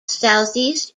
southeast